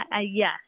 Yes